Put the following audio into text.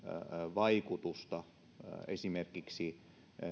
vaikutusta esimerkiksi